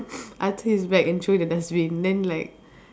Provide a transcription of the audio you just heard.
I took his bag and threw in the dustbin then like